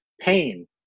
pain